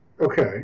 Okay